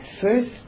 first